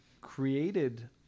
created